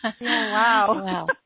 Wow